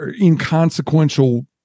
inconsequential